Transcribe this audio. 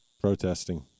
protesting